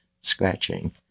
scratching